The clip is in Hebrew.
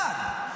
אחד,